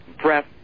breath